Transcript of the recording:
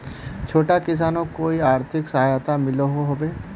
छोटो किसानोक कोई आर्थिक सहायता मिलोहो होबे?